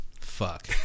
fuck